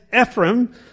Ephraim